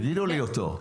תגידו לי אותו.